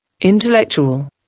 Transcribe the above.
intellectual